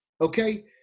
okay